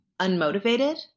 unmotivated